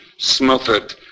smothered